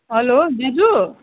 hello दाजु